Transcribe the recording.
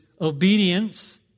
obedience